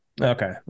Okay